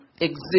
exist